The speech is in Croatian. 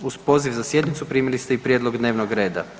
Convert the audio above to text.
Uz poziv za sjednicu primili ste i prijedlog dnevnog reda.